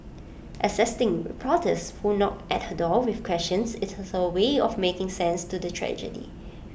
assisting reporters who knock at her door with questions is her way of making sense to the tragedy